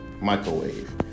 Microwave